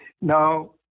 Now